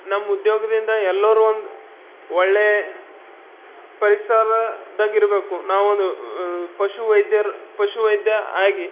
ನಮ್ಮ ಉದ್ಯೋಗದಿಂದ ಎಲ್ಲರೂ ಒಂದು ಒಳ್ಳೆ ಪರಿಸರದಾಗಿರ್ಬೇಕು ನಾವೊಂದು ಪಶು ವೈದ್ಯರು ಪಶು ವೈದ್ಯ ಆಗಿ